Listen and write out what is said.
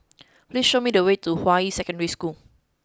please show me the way to Hua Yi Secondary School